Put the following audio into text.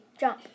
jump